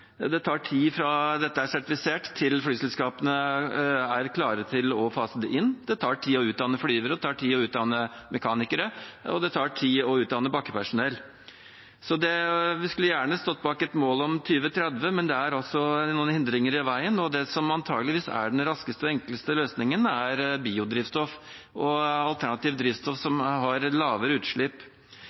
det tar tid fra dette er sertifisert, til flyselskapene er klare til å fase det inn. Det tar tid å utdanne flyvere, det tar tid å utdanne mekanikere, og det tar tid å utdanne bakkepersonell. Vi skulle gjerne stått bak et mål om 2030, men det er altså noen hindringer i veien. Det som antakeligvis er den raskeste og enkleste løsningen, er biodrivstoff og alternative drivstoff som har lavere utslipp.